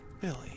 Billy